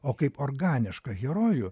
o kaip organišką herojų